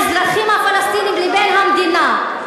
בין האזרחים הפלסטינים לבין המדינה,